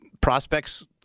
prospects